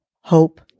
hope